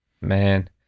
Man